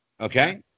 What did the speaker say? okay